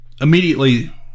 immediately